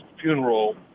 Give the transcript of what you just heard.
funeral